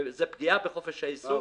וזו פגיעה בחופש העיסוק.